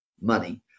money